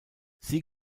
sie